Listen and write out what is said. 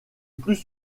plus